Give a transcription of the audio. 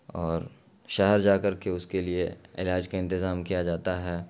اور شہر جا کر کے اس کے لیے علاج کا انتظام کیا جاتا ہے